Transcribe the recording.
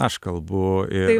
aš kalbu ir